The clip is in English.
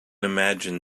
imagine